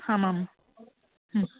आमाम्